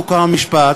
חוק ומשפט,